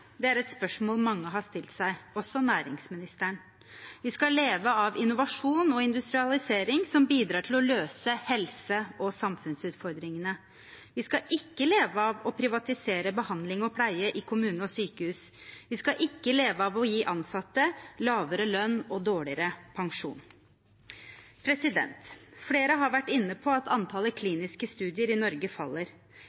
Det er et spørsmål mange har stilt seg, også næringsministeren. Vi skal leve av innovasjon og industrialisering som bidrar til å løse helse- og samfunnsutfordringene. Vi skal ikke leve av å privatisere behandling og pleie i kommuner og sykehus. Vi skal ikke leve av å gi ansatte lavere lønn og dårligere pensjon. Flere har vært inne på at antallet